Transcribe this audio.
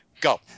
Go